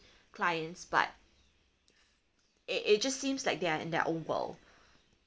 clients but it it just seems like they are in their own world